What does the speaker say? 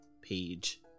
page